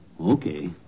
Okay